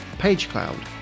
PageCloud